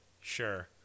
Sure